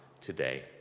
today